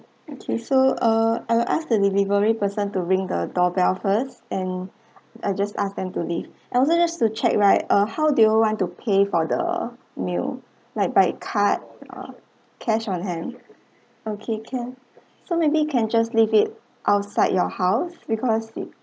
okay so uh I will ask the delivery person to ring the doorbell first and I just ask them to leave and also just to check right uh how they will want to pay for the meal like by card or cash on hand okay can so maybe can just leave it outside your house because